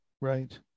Right